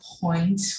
point